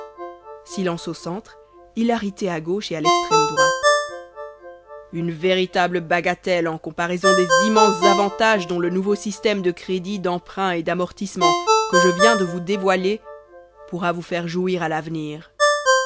une véritable bagatelle en comparaison des immenses avantages dont le nouveau système de crédit d'emprunt et d'amortissement que je viens de vous dévoiler pourra vous faire jouir à l'avenir